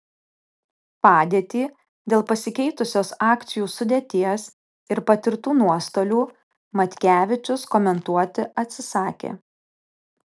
padėtį dėl pasikeitusios akcijų sudėties ir patirtų nuostolių matkevičius komentuoti atsisakė